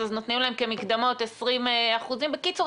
אז נותנים להם כמקדמות 20%. בקיצור,